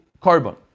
carbon